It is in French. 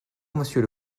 monsieur